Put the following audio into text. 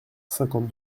cinquante